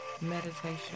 meditation